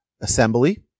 assembly